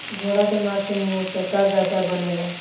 घोड़ा के मास से मोटका गद्दा बनेला